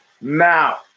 Now